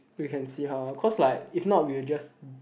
we can see how lor cause like if not we will just